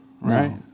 right